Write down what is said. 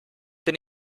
bin